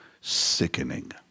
sickening